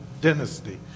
dynasty